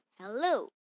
hello